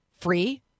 free